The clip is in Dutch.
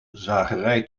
zagerij